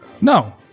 No